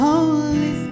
Holy